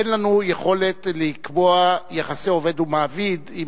אין לנו יכולת לקבוע יחסי עובד ומעביד עם